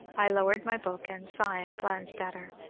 i lowered my book, and, sighing, glanced at her.